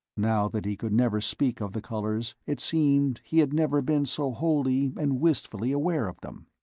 now that he could never speak of the colors, it seemed he had never been so wholly and wistfully aware of them.